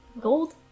gold